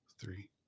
three